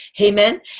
Amen